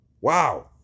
Wow